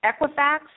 Equifax